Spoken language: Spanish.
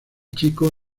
chico